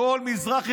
בכל מזרח ירושלים,